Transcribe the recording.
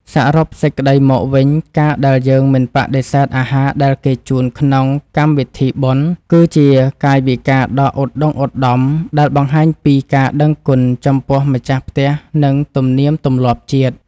សរុបសេចក្តីមកវិញ ការដែលយើងមិនបដិសេធអាហារដែលគេជូនក្នុងកម្មវិធីបុណ្យ គឺជាកាយវិការដ៏ឧត្តុង្គឧត្តមដែលបង្ហាញពីការដឹងគុណចំពោះម្ចាស់ផ្ទះនិងទំនៀមទម្លាប់ជាតិ។